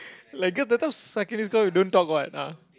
like cause that time secondary school we don't talk what ah